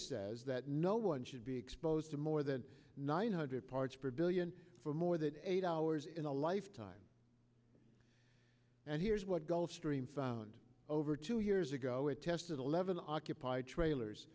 says that no one should be exposed to more than nine hundred parts per billion for more than eight hours in a lifetime and here's what gulfstream found over two years ago it tested eleven our capacity trailers